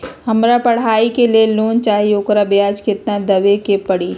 हमरा पढ़ाई के लेल लोन चाहि, ओकर ब्याज केतना दबे के परी?